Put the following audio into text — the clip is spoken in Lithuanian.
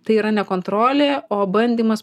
tai yra ne kontrolė o bandymas